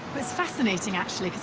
it's fascinating, actually,